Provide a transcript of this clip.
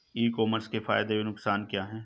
ई commerce के फायदे एवं नुकसान क्या हैं?